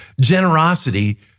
generosity